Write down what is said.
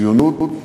ציונות,